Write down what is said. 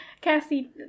cassie